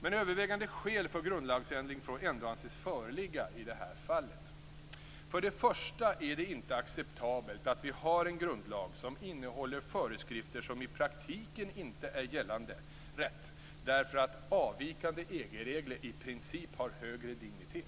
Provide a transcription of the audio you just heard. Men övervägande skäl för grundlagsändring får ändå anses föreligga i det här fallet. För det första är det inte acceptabelt att vi har en grundlag som innehåller föreskrifter som i praktiken inte är gällande rätt därför att avvikande EG-regler i princip har högre dignitet.